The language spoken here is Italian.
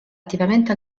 attivamente